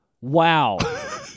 Wow